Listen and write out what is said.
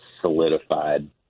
solidified